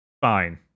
fine